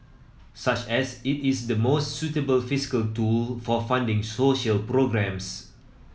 such as it is the most suitable fiscal tool for funding social programmes